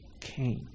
Cain